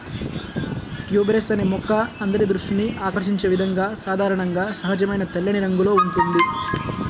tuberose అనే మొక్క అందరి దృష్టిని ఆకర్షించే విధంగా సాధారణంగా సహజమైన తెల్లని రంగులో ఉంటుంది